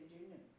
union